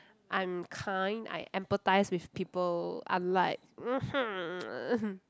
I'm kind I empathise with people unlike mmhmm